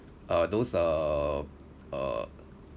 uh those uh uh